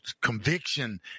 conviction